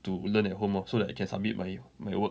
to learn at home lor so that I can submit my my work